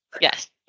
Yes